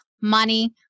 money